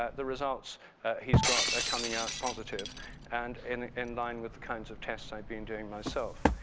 ah the results he's got are coming out positive and in in line with the kinds of test i've been doing myself.